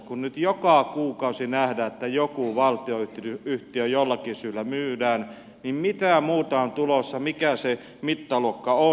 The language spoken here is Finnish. kun nyt joka kuukausi nähdään että joku valtionyhtiö jollakin syyllä myydään niin mitä muuta on tulossa mikä se mittaluokka on